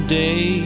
day